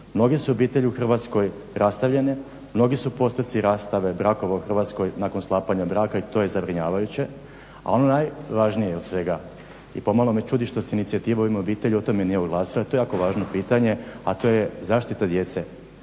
Mnoge su obitelji u Hrvatskoj rastavljene, mnogi su postoci rastave brakova u Hrvatskoj nakon sklapanja braka i to je zabrinjavajuće, a ono najvažnije od svega i pomalo me čudi što se inicijativa U ime obitelji o tome nije oglasila, a to je jako važno pitanje, a to je zaštita djece.